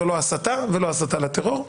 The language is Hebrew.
זה לא הסתה ולא הסתה לטרור,